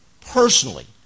personally